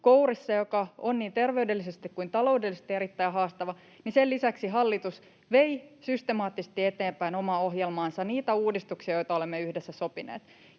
kourissa, joka on niin terveydellisesti kuin taloudellisesti erittäin haastava, hallitus vei systemaattisesti eteenpäin omaa ohjelmaansa, niitä uudistuksia, joita olemme yhdessä sopineet,